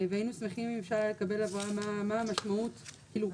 והיינו שמחים אם אפשר היה לקבל הבהרה מה המשמעות כאילו,